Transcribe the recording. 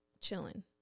chilling